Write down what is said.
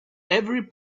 every